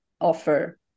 offer